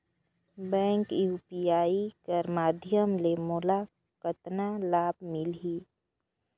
Bank UPI कर माध्यम ले मोला कतना लाभ मिली?